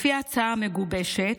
לפי ההצעה המגובשת,